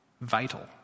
vital